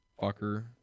fucker